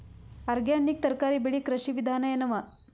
Organic ತರಕಾರಿ ಬೆಳಿ ಕೃಷಿ ವಿಧಾನ ಎನವ?